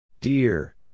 Dear